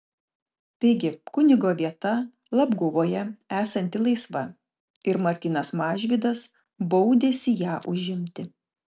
taigi kunigo vieta labguvoje esanti laisva ir martynas mažvydas baudėsi ją užimti